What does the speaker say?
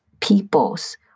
peoples